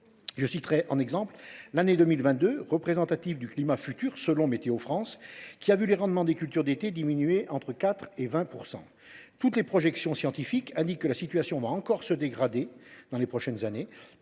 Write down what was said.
Je citerai en exemple l’année 2022, représentative du climat futur, selon Météo France, qui a vu les rendements des cultures d’été diminuer entre 4 % et 20 %. Toutes les projections scientifiques indiquent que la situation va encore se dégrader dans les prochaines années.